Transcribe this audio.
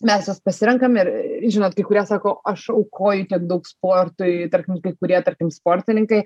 mes juos pasirenkam ir žinot kai kurie sako aš aukoju kiek daug sportui tarkim kai kurie tarkim sportininkai